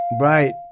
Right